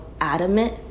adamant